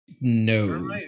No